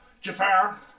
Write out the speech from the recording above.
Jafar